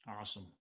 Awesome